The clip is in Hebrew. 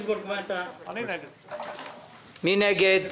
מי נגד?